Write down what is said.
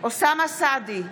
אוסאמה סעדי,